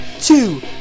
two